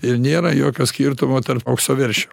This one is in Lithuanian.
ir nėra jokio skirtumo tarp aukso veršio